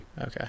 okay